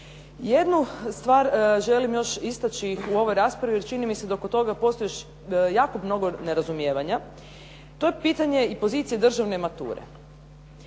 Jednu stvar želim još istači u ovoj raspravi jer čini mi se da oko toga postoji još jako mnogo nerazumijevanja. To je pitanje i pozicija državne mature.